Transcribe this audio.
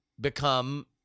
become